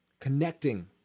connecting